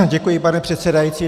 Děkuji, pane předsedající.